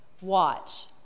Watch